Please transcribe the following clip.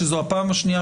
יש תוהו ובוהו.